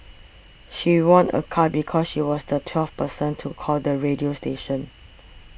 she won a car because she was the twelfth person to call the radio station